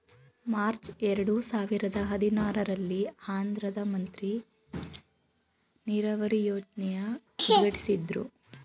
March ಎರಡು ಸಾವಿರದ ಹದಿನಾರಲ್ಲಿ ಆಂಧ್ರದ್ ಮಂತ್ರಿ ನೀರಾವರಿ ಯೋಜ್ನೆನ ಉದ್ಘಾಟ್ಟಿಸಿದ್ರು